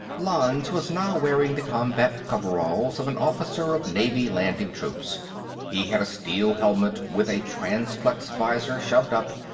lanze was now wearing the combat coveralls of an officer of navy landing-troops he had a steel helmet with a transpex visor shoved up,